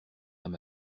âme